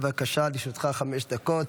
בבקשה, לרשותך חמש דקות.